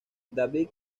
david